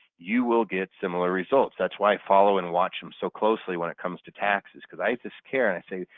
you will get similar results. that's why i follow and watch them so closely when it comes to taxes because i just care and i say,